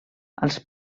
als